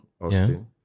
Austin